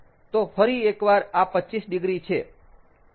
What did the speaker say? તો ફરી એકવાર આ 25 ડિગ્રી છે